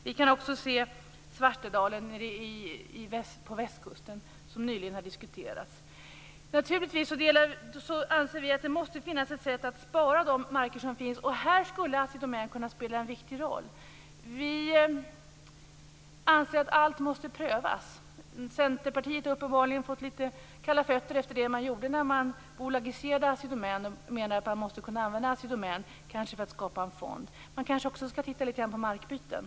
Ett annat exempel är Svartedalen på västkusten, som nyligen har diskuterats. Naturligtvis anser vi att det måste finnas ett sätt att spara de marker som finns. Här skulle Assi Domän kunna spela en viktig roll. Vi anser att allt måste prövas. Centerpartiet har uppenbarligen fått litet kalla fötter efter det som gjordes när Assi Domän bolagiserades. Man menar att Assi Domän måste kunna användas, kanske för att skapa en fond men det kanske också handlar om att titta litet grand på markbyten.